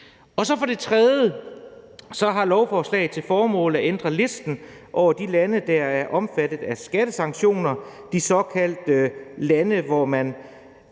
Ting. For det tredje har lovforslaget til formål at ændre listen over de lande, der er omfattet af skattesanktioner – de lande, der er